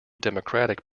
democratic